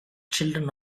children